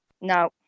No